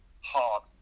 hard